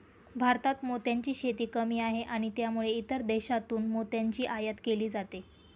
भारतात मोत्यांची शेती कमी आहे आणि त्यामुळे इतर देशांतून मोत्यांची आयात केली जाते